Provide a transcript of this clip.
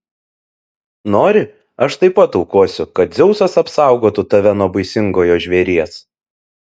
nori aš taip pat aukosiu kad dzeusas apsaugotų tave nuo baisingojo žvėries